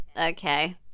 Okay